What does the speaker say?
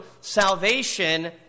salvation